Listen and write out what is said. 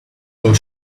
floor